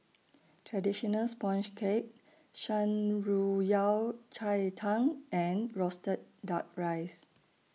Traditional Sponge Cake Shan Rui Yao Cai Tang and Roasted Duck Rice